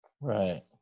Right